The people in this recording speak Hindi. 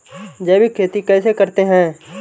जैविक खेती कैसे करते हैं?